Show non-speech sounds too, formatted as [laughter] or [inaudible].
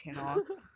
[laughs]